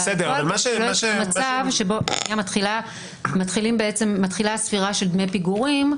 --- מצב שבו מתחילה הספירה של דמי פיגורים,